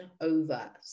over